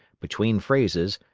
between phrases,